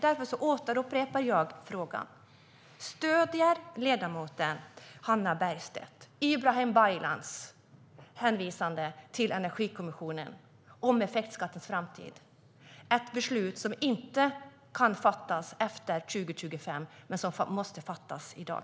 Därför upprepar jag frågan. Stöder ledamoten Hannah Bergstedt Ibrahim Baylans hänvisning till Energikommissionen när det gäller effektskattens framtid? Det är ett beslut som inte kan fattas efter 2025 utan som måste fattas i dag.